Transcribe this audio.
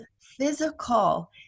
physical